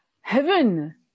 Heaven